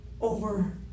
over